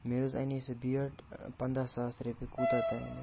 مےٚ حظ اَنے سُہ بیٹ پنٛداہ ساس رۄپیہِ کوٗتاہ تام حظ